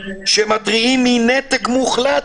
הם מתריעים מנתק מוחלט,